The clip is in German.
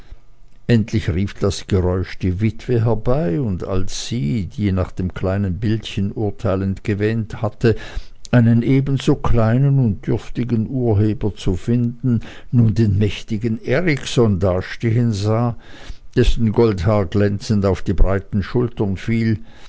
endlich rief das geräusch die witwe herbei und als sie die nach dem kleinen bildchen urteilend gewähnt hatte einen ebenso kleinen und dürftigen urheber zu finden nun den mächtigen erikson dastehen sah dessen goldhaar glänzend auf die breiten schultern fiel